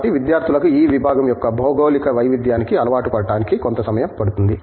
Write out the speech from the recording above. కాబట్టి విద్యార్థులకు ఈ విభాగం యొక్క భౌగోళిక వైవిధ్యానికి అలవాటుపడడానికి కొంత సమయం పడుతుంది